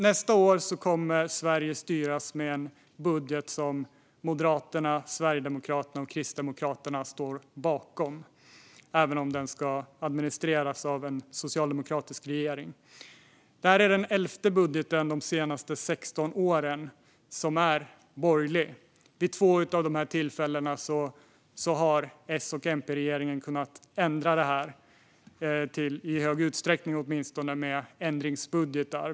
Nästa år kommer Sverige att styras med en budget som Moderaterna, Sverigedemokraterna och Kristdemokraterna står bakom, även om den ska administreras av en socialdemokratisk regering. Detta är den elfte budgeten under de senaste 16 åren som är borgerlig. Vid två av dessa tillfällen har S och MP-regeringen i hög utsträckning kunnat ändra detta genom ändringsbudgetar.